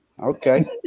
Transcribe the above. okay